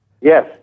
Yes